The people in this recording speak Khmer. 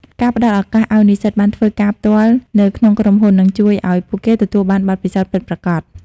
ការផ្តល់ឱកាសឱ្យនិស្សិតបានធ្វើការផ្ទាល់នៅក្នុងក្រុមហ៊ុន នឹងជួយឱ្យពួកគេទទួលបានបទពិសោធន៍ពិតប្រាកដ។